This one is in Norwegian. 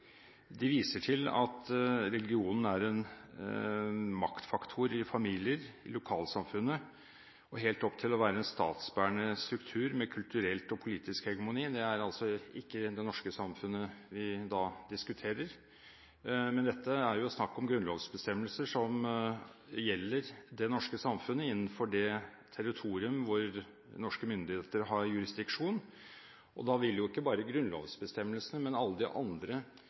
De viser til at religion er en «maktfaktor i familier, i lokalsamfunnet og helt opp til å være en statsbærende struktur med kulturelt og politisk hegemoni». Det er ikke det norske samfunnet vi da diskuterer. Dette er snakk om grunnlovsbestemmelser som gjelder det norske samfunnet, innenfor det territorium hvor norske myndigheter har jurisdiksjon. Da vil ikke bare grunnlovsbestemmelsene, men alle de andre